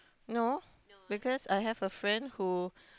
no because I have a friend who